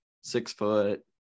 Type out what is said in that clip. six-foot